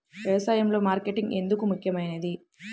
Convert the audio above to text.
వ్యసాయంలో మార్కెటింగ్ ఎందుకు ముఖ్యమైనది?